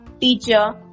teacher